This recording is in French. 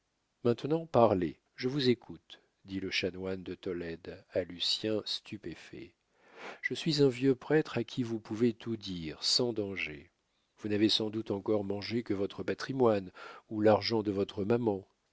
maintenant parlez je vous écoute dit le chanoine de tolède à lucien stupéfait je suis un vieux prêtre à qui vous pouvez tout dire sans danger vous n'avez sans doute encore mangé que votre patrimoine ou l'argent de votre maman